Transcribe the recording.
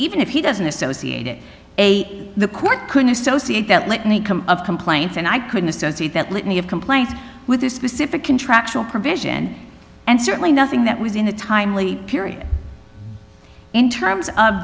even if he doesn't associate it a the court could associate that let me come of complaints and i couldn't associate that litany of complaints with this specific contractual provision and certainly nothing that was in a timely period in terms of